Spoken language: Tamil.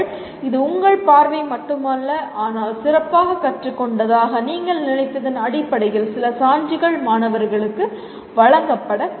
இது உங்கள் பார்வை மட்டுமல்ல ஆனால் சிறப்பாக கற்றுக்கொண்டதாக நீங்கள் நினைத்ததன் அடிப்படையில் சில சான்றுகள் மாணவர்களுக்கு வழங்கப்பட வேண்டும்